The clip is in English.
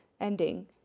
ending